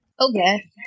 Okay